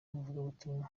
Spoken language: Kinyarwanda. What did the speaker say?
umuvugabutumwa